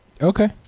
Okay